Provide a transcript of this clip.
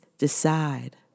Decide